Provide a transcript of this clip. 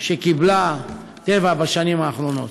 שקיבלה טבע בשנים האחרונות?